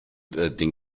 den